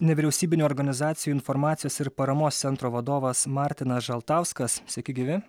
nevyriausybinių organizacijų informacijos ir paramos centro vadovas martinas žaltauskas sveiki gyvi